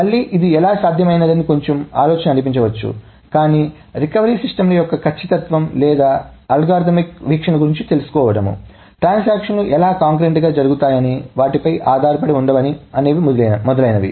మళ్ళీ ఇది ఎలా సాధ్యమవుతుందనేది కొంచెం ఆలోచన అనిపించవచ్చు కానీ రికవరీ సిస్టమ్ల యొక్క ఖచ్చితత్వం లేదా అల్గోరిథమిక్ వీక్షణల గురించి తెలుసుకోవడం ట్రాన్సాక్షన్ లు ఎలా కాన్కరెంట్ గా జరుగుతాయని వాటిపై ఆధారపడి ఉండవు అనేవి మొదలైనవి